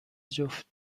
جفت